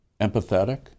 empathetic